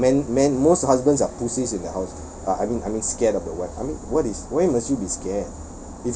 their man men most husbands are pussies in the house uh I mean I mean scared of the wife I mean what is why must you be scared